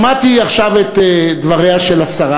שמעתי עכשיו את דבריה של השרה,